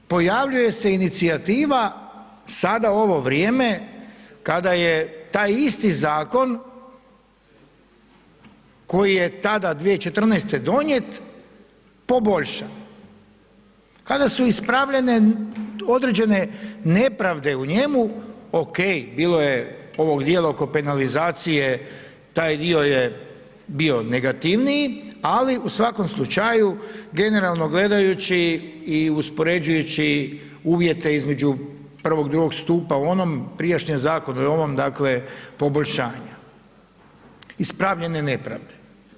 Pojavljuje se inicijativa sada u ovo vrijeme kada je taj isti zakon koji je tada 2014. donijet poboljša, kada su ispravljene određene nepravde u njemu, ok, bilo je ovog djela oko penalizacije, taj di je bio negativniji ali u svakom slučaju, generalno gledajući i uspoređujući uvjete između I. i II. stupa u onom prijašnjem zakonu i u ovom dakle poboljšanja ispravljene nepravde.